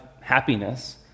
happiness